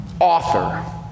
author